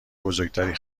بزرگتری